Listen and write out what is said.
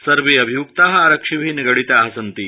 सर्वे अभियुक्ता आरक्षिभि निगडिता सन्ति